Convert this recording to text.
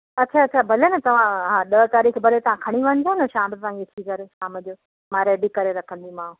अच्छा अच्छा भले न तव्हां हा ॾह तारीख़ भले तव्हां खणी वञिजो न शाम ताईं अची करे शाम जो मां रैडी करे रखंदीमांव